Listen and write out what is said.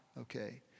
Okay